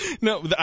No